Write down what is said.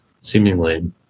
seemingly